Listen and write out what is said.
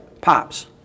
Pops